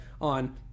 on